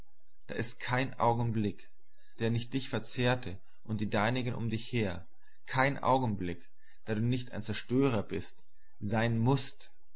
da ist kein augenblick der nicht dich verzehrte und die deinigen um dich her kein augenblick da du nicht ein zerstörer bist sein mußt